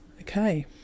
okay